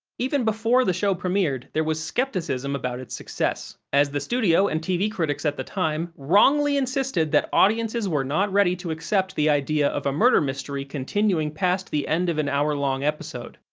even before the show premiered, there was skepticism about its success, as the studio and tv critics at the time wrongly insisted that audiences were not ready to accept the idea of a murder mystery continuing past the end of an hour-long episode.